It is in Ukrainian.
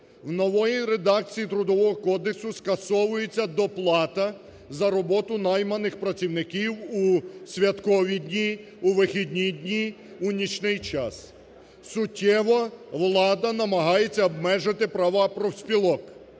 У новій редакції Трудового кодексу скасовується доплата за роботу найманих працівників у святкові дні, у вихідні дні, у нічний час. Суттєво влада намагається обмежити права профспілок.